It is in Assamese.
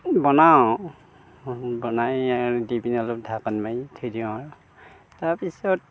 বনাওঁ বনাই দি পিনি অলপ ঢাকন মাৰি থৈ দিওঁ আৰু তাৰপিছত